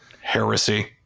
Heresy